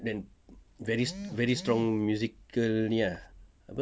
then very very strong musical apa